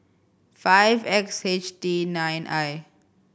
five X H T nine I